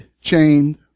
chained